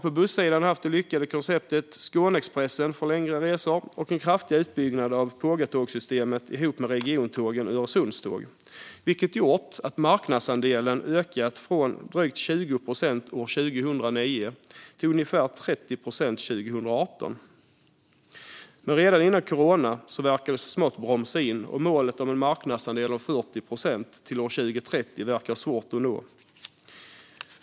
På bussidan har vi det lyckade konceptet med Skåneexpressen för längre resor och en kraftig utbyggnad av Pågatågssystemet ihop med regiontågen Öresundståg, vilket gjort att marknadsandelen ökat från drygt 20 procent 2009 till ungefär 30 procent 2018. Redan innan corona verkade det dock så smått bromsa in, så målet om en marknadsandel om 40 procent till 2030 verkar svårt att nå.